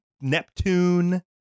Neptune